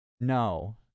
No